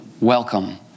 welcome